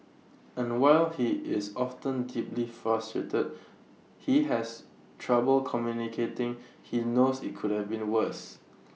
and while he is often deeply frustrated he has trouble communicating he knows IT could have been worse